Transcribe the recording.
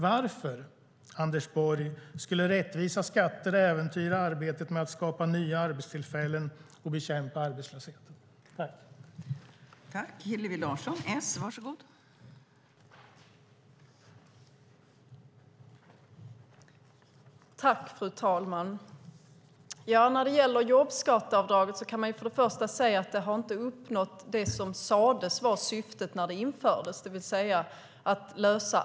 Varför skulle rättvisa skatter äventyra arbetet med att skapa nya arbetstillfällen och bekämpa arbetslösheten, Anders Borg?